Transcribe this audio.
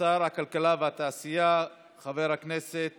שר הכלכלה והתעשייה חבר הכנסת